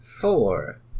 Four